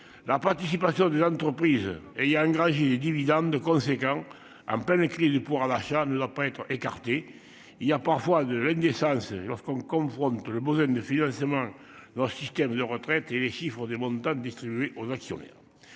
la participation de l'entreprise et il y a engagé des dividendes conséquents. En pleine crise du pouvoir d'achat ne doit pas être écartée. Il y a parfois de la naissance lorsqu'on le confronte le besoin de financement. Leur système de retraite et les chiffres des montants distribués aux actionnaires.